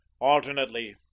alternately